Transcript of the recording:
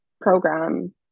program